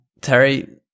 Terry